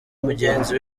mugenzi